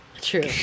true